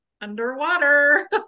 Underwater